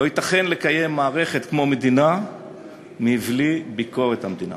לא ייתכן לקיים מערכת כמו מדינה מבלי ביקורת המדינה